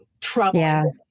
trouble